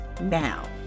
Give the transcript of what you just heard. now